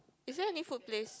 is that any food place